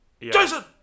Jason